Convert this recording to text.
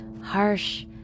harsh